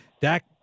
Dak